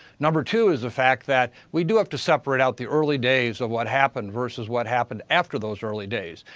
number two is the fact that we do have to separate out the early days of what happened versus what happened after those early days.